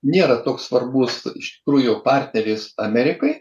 nėra toks svarbus iš tikrųjų partneris amerikai